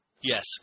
Yes